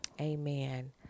Amen